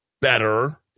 better